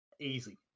Easy